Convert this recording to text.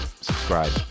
subscribe